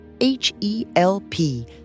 H-E-L-P